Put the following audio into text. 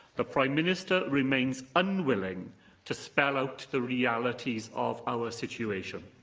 the prime minister remains unwilling to spell out the realities of our situation.